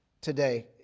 today